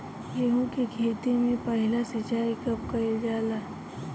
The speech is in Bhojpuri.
गेहू के खेती मे पहला सिंचाई कब कईल जाला?